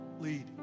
lead